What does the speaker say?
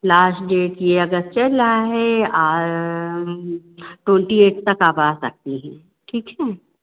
last date यह अगस्त चल रहा है और ट्वेंटी एट तक आप आ सकती हैं ठीक है